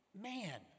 Man